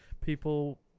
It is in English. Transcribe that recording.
people